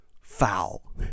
foul